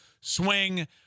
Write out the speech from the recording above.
swing